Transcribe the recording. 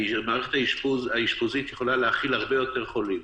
והמערכת האשפוזית יכולה להכיל הרבה יותר חולים,